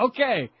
Okay